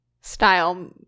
style